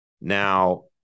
now